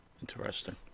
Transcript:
Interesting